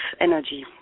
energy